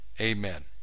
Amen